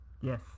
Yes